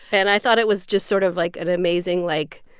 and i thought it was just sort of, like, an amazing, like,